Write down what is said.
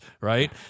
Right